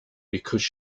because